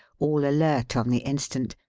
all alert on the instant,